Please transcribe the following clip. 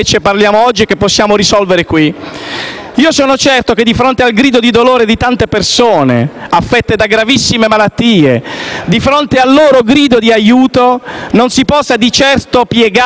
Sono certo che, di fronte al grido di dolore di tante persone, affette da gravissime malattie, di fronte alla loro richiesta di aiuto, non ci si possa piegare di certo a meri calcoli politici,